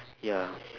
ya